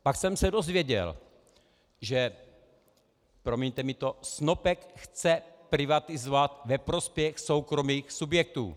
Pak jsem se dozvěděl, že, promiňte mi to, Snopek chce privatizovat ve prospěch soukromých subjektů.